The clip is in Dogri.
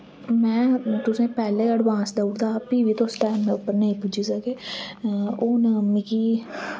में तुसें पैह्लै अडवांस देई ओड़े दा हा फ्ही बी तुस टैमे उप्पर निं पुज्जी सके हून मिगी